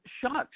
shocked